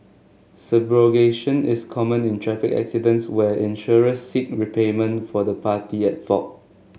subrogation is common in traffic accidents where insurers seek repayment for the party at fault